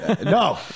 no